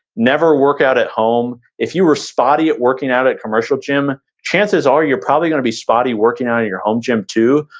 never work out at home, if you were spotty at working out at commercial gym, chances are you're probably gonna be spotty working out of your home gym, too.